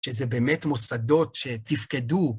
שזה באמת מוסדות שתפקדו.